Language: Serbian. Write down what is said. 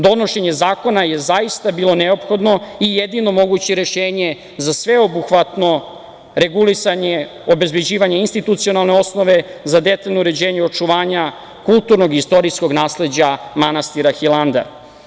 Donošenje zakona je zaista bilo neophodno i jedino moguće rešenje za sveobuhvatno regulisanje, obezbeđivanje institucionalne osnove za detaljno uređenje i očuvanja kulturnog i istorijskog nasleđa manastira Hilandar.